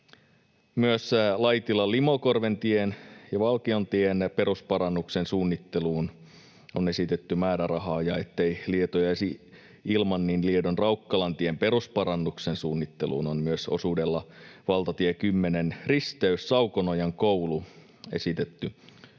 Myös Laitilan Limokorventien ja Valkontien perusparannuksen suunnitteluun on esitetty määrärahaa. Ja ettei Lieto jäisi ilman, niin Liedon Raukkalantien perusparannuksen suunnitteluun on myös osuudella valtatie 10:n risteys — Saukonojan koulu esitetty